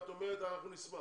את אומרת שאתם תשמחו,